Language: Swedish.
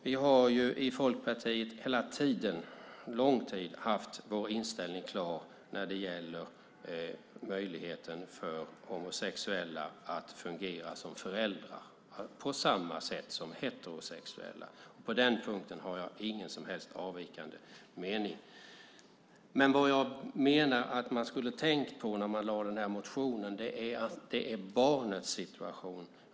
Vi har i Folkpartiet under en lång tid haft vår inställning klar när det gäller möjligheten för homosexuella att fungera som föräldrar på samma sätt som heterosexuella. På den punkten har jag ingen som helst avvikande mening. Men vad jag menar att man skulle ha tänkt på när man lade fram den här motionen är att det är barnets situation det gäller.